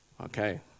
okay